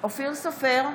אופיר סופר,